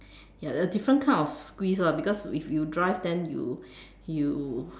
ya the different kind of squeeze lah because if you drive then you you